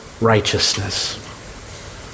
righteousness